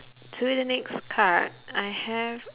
to the next card I have